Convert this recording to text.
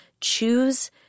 choose